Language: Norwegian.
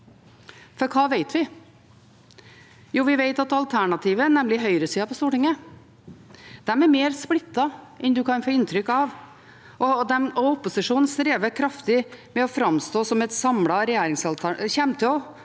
for hva vet vi? Jo, vi vet at alternativet, nemlig høyresida på Stortinget, er mer splittet enn man kan få inntrykk av, og opposisjonen kom mer til å streve kraftig med å framstå som et samlet regjeringsalternativ